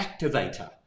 activator